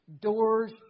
Doors